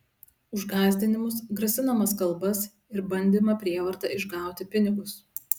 už gąsdinimus grasinamas kalbas ir bandymą prievarta išgauti pinigus